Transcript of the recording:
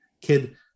kid